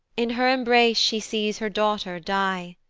in her embrace she sees her daughter die.